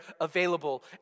available